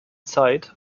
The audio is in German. zeit